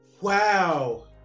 Wow